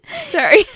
Sorry